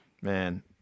man